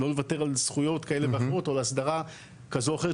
לא לוותר על זכויות כאלה ואחרות או על הסדרה כזו או אחרת,